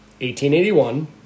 1881